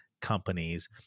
companies